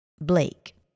Blake